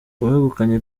uwegukanye